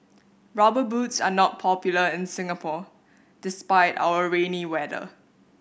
Rubber Boots are not popular in Singapore despite our rainy weather